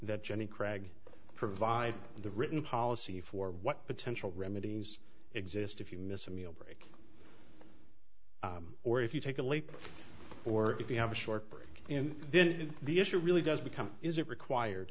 that jenny krag provide the written policy for what potential remedies exist if you miss a meal break or if you take a leap or if you have a short break and then the issue really does become is it required